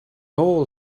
all